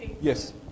Yes